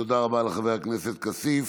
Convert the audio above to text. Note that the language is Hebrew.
תודה רבה לחבר הכנסת כסיף.